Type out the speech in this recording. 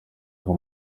ngo